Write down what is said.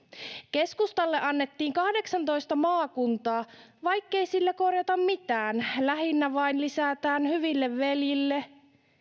keskustalle annettiin kahdeksantoista maakuntaa vaikkei sillä korjata mitään lähinnä vain lisätään hyville veljille